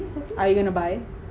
are you gonna buy